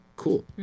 cool